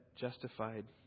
justified